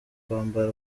kwambara